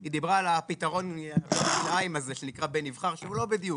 היא דיברה על פתרון הכלאיים הזה שנקרא בן נבחר שהוא לא בדיוק.